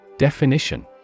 Definition